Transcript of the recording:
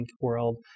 world